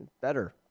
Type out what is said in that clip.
better